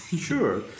Sure